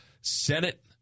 Senate